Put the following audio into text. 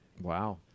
Wow